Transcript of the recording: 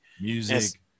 Music